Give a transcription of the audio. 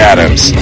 Adams